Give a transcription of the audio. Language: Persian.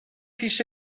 پیش